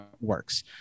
works